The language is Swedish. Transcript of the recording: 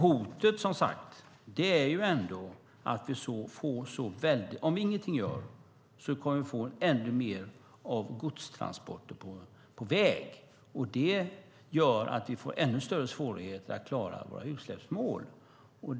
Hotet är att om inget görs kommer det att bli ännu fler godstransporter på väg. Det gör att vi får ännu större svårigheter att klara våra utsläppsmål.